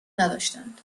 نداشتهاند